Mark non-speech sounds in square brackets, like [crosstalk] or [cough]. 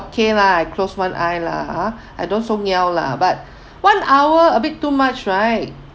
okay lah I close one eye lah ha [breath] I don't so ngiao lah but [breath] one hour a bit too much right